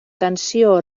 tensió